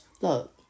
look